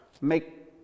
make